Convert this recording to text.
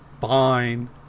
fine